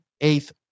eighth